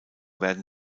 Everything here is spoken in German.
werden